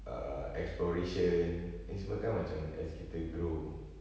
err exploration ini semua kan macam as kita grow